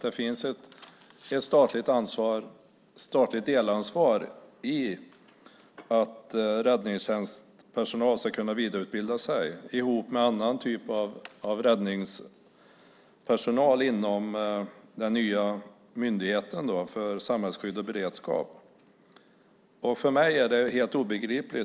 Det finns ett statligt delansvar för att personal ska kunna vidareutbilda sig med annan typ av räddningspersonal inom den nya myndigheten för samhällsskydd och beredskap. För mig är det helt obegripligt.